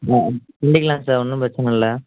sir பண்ணிக்கலாம் sir ஒன்றும் பிரச்சனை இல்லை